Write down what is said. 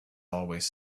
always